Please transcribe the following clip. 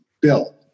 bill